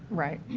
right,